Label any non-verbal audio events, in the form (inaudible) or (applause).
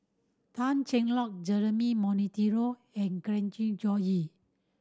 Tan Cheng Lock Jeremy Monteiro and Glen (unintelligible) Goei